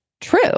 true